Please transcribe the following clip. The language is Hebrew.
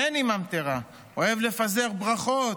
מני ממטרה אוהב לפזר ברכות,